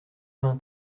vingt